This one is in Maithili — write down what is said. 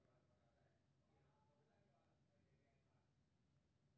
पेपल निर्दिष्ट धनराशि एकाउंट सं निकालि कें भेज दै छै